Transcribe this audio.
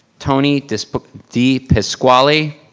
tony de so de pasquale.